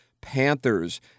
Panthers